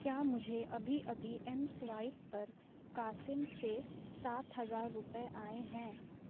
کیا مجھے ابھی ابھی ایم سوائیپ پر قاسم سے سات ہزار روپے آئے ہیں